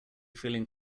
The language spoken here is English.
feeling